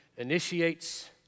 initiates